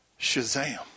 Shazam